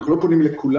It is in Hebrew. אנחנו לא פונים לכולם,